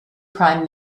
prime